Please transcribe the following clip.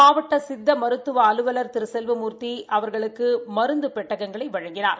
மாவட்ட சித்த மருத்துவ அலுவலர் திரு செல்வமூர்த்தி அவர்களுக்கு மருந்து பெட்டங்களை வழங்கினார்